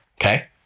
Okay